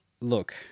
Look